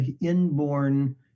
inborn